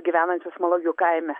gyvenančios malogių kaime